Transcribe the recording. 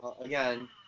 again